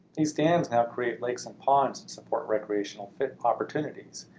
these dams now create lakes and ponds and support recreational opportunities.